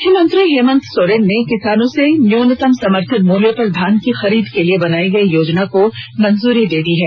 मुख्यमंत्री हेमन्त सोरेन ने किसानों से न्यूनतम समर्थन मूल्य पर धान की खरीद के लिए बनायी गयी योजना को मंजूरी दे दी है